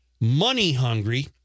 money-hungry